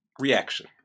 Reaction